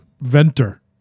venter